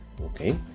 Okay